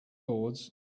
boards